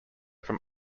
from